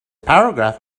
paragraph